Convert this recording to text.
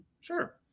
Sure